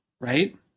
right